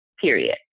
period